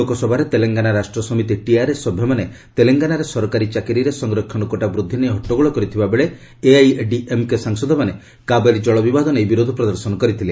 ଲୋକସଭାରେ ତେଲଙ୍ଗାନା ରାଷ୍ଟ୍ର ସମିତି ସଭ୍ୟମାନେ ତେଲଙ୍ଗାନାରେ ସରକାରୀ ଚାକିରିରେ ସଂରକ୍ଷଣ କୋଟା ବୃଦ୍ଧି ନେଇ ହଟ୍ଟଗୋଳ କରିଥିବାବେଳେ ଏଆଇଏଡିଏମ୍କେ ସାଂସଦମାନେ କାବେରୀ ଜଳ ବିବାଦ ନେଇ ବିରୋଧ ପ୍ରଦର୍ଶନ କରିଥିଲେ